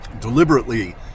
deliberately